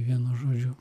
vienu žodžiu